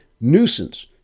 nuisance